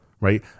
right